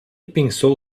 pensou